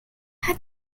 how